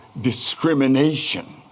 discrimination